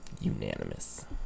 Unanimous